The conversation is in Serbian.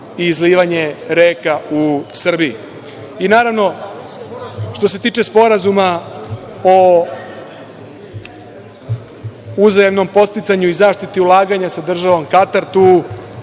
i izlivanja reka u Srbiji. Što se tiče Sporazuma o uzajamnom podsticanju i zaštiti ulaganja sa državom Katar, tu